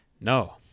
No